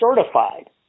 certified